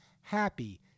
happy